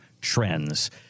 trends